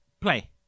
Play